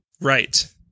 right